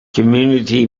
community